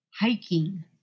hiking